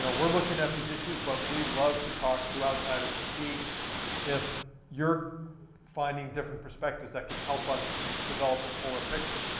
we're looking at these issues but we love to talk to outsiders to see if you're finding different perspectives that can help us develop a fuller picture.